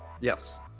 Yes